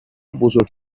بزرگ